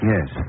Yes